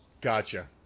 Gotcha